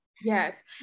Yes